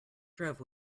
drove